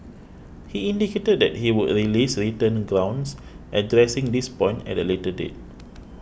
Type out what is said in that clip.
he indicated that he would release written grounds addressing this point at a later date